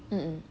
mmhmm